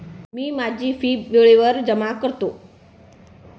मी माझी फी वेळेवर जमा करतो